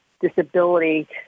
disability